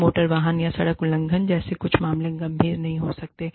motor वाहन या सड़क उल्लंघन जैसे कुछ मामले गंभीर नहीं हो सकते हैं